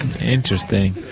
interesting